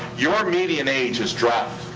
your median age has dropped.